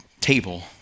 table